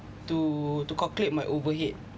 to to calculate my overhead